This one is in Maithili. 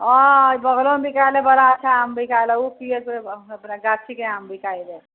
हँ बगलो मे बिकाइ एलै बड़ा अच्छा आम बिकाइ लए ओ कि गाछी के आम बिकाइ छै